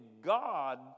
God